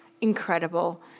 incredible